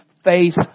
Face